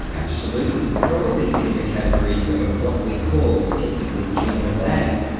absolutely, probably fit in a category of what we call technically, genome lag,